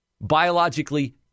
biologically